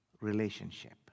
relationship